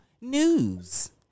news